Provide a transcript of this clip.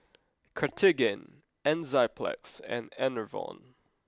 Cartigain Enzyplex and Enervon